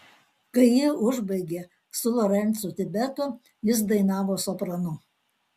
kai ji užbaigė su lorencu tibetu jis dainavo sopranu